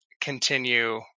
continue